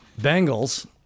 Bengals